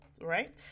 right